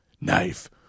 knife